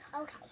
Okay